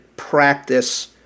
practice